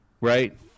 right